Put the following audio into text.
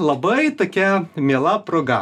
labai tokia miela proga